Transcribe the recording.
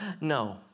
No